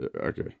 okay